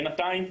בנתיים,